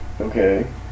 Okay